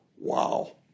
Wow